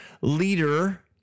leader